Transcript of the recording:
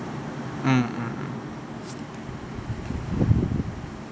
mm mm mm